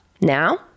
Now